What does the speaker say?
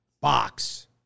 box